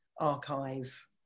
archive